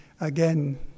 again